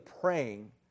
praying